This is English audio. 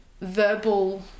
verbal